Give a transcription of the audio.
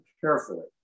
carefully